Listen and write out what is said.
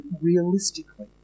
realistically